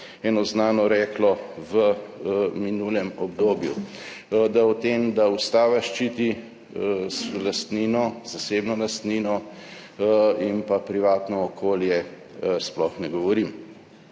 eno znano reklo v minulem obdobju. Da o tem, da Ustava ščiti lastnino, zasebno lastnino in pa privatno okolje, sploh ne govorim.